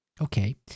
Okay